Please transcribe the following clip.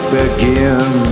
begin